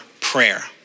prayer